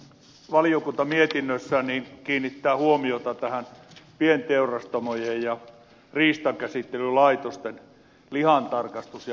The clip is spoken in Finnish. ensinnäkin valiokunta mietinnössään kiinnittää huomiota pienteurastamojen ja riistankäsittelylaitosten lihantarkastus ja valvontamaksuihin